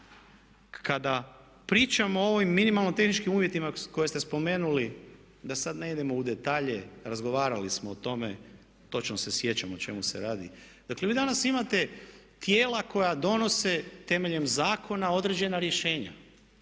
Kada pričamo o ovim minimalnim tehničkim uvjetima koje ste spomenuli da sad ne idemo u detalje razgovarali smo o tome, točno se sjećam o čemu se radi. Dakle, vi danas imate tijela koja donose temeljem zakona određena rješenja